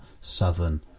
southern